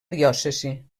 diòcesi